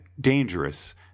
dangerous